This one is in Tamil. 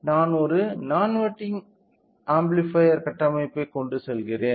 நான் ஒரு நான் இன்வெர்டிங் ஆம்ப்ளிஃபையர் கட்டமைப்பை கொண்டு செல்கிறேன்